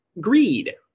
greed